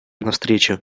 навстречу